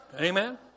Amen